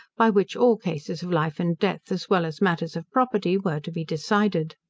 by which all cases of life and death, as well as matters of property, were to be decided.